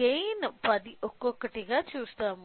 gain 10 ఒక్కొక్కటిగా చూస్తాము